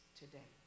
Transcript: today